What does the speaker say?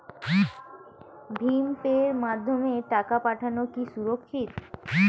ভিম পের মাধ্যমে টাকা পাঠানো কি সুরক্ষিত?